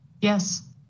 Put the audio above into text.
Yes